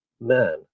Man